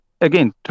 again